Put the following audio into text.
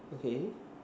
okay